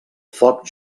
foc